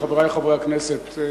חברי חברי הכנסת,